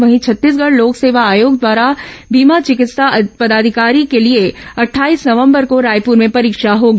वहीं छत्तीसगढ़ लोक सेवा आयोग द्वारा बीमा चिकित्सा पदाधिकारी के लिए अट्ठाईस नवंबर को रायपुर में परीक्षा होगी